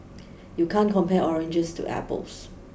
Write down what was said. you can't compare oranges to apples